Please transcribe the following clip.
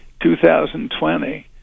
2020